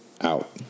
out